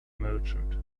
merchant